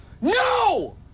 no